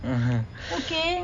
(uh huh)